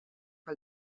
que